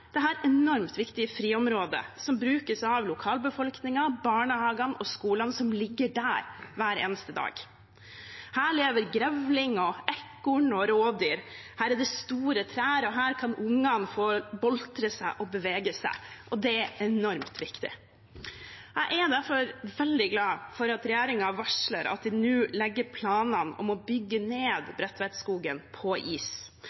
enormt viktige friområdet, som brukes av lokalbefolkningen, barnehagene og skolene som ligger der, hver eneste dag. Her lever grevling, ekorn og rådyr, og her er det store trær. Her kan ungene få boltre seg og bevege seg, og det er enormt viktig. Jeg er derfor veldig glad for at regjeringen varsler at de nå legger planene om å bygge ned Bredtvetskogen på is,